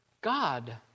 God